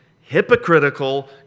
hypocritical